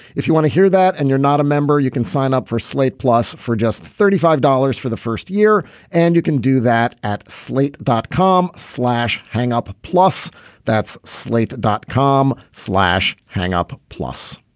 if you want to hear that and you're not a member you can sign up for slate plus for just thirty five dollars for the first year and you can do that at slate dot com slash hang up plus that's slate dot com slash hang up plus